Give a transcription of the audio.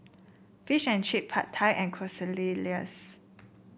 Fish and Chip Pad Thai and Quesadillas